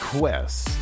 Quest